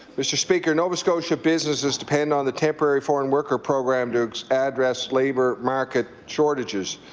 mr. speaker, nova scotia businesses depend on the temporary foreign worker program to address labour market shortages.